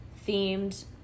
themed